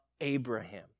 Abraham